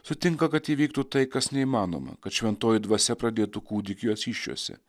sutinka kad įvyktų tai kas neįmanoma kad šventoji dvasia pradėtų kūdikį jos įsčiose